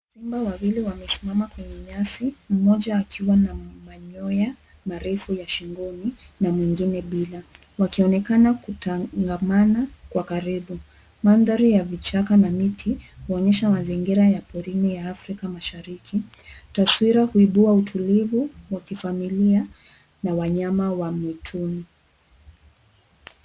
Simba wawili wamesimama kwenye nyasi mmoja akiwa na manyoya marefu ya shingoni na mwingine bila wakionekana kutangamana kwa karibu. Mandhari ya vichaka na miti kuonyesha mazingira ya porini ya Afrika mashariki. Taswira huibua utulivu wa kifamilia na wanyama wa mwituni.